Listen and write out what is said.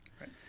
Right